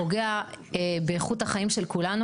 פוגע באיכות החיים של כולנו.